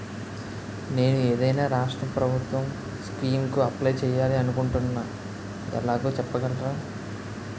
నేను ఏదైనా రాష్ట్రం ప్రభుత్వం స్కీం కు అప్లై చేయాలి అనుకుంటున్నా ఎలాగో చెప్పగలరా?